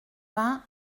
vingt